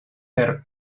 per